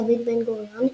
דוד בן-גוריון,